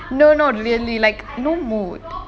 no no really like no mood